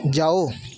ਜਾਓ